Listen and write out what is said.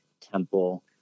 temple